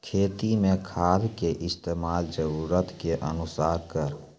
खेती मे खाद के इस्तेमाल जरूरत के अनुसार करऽ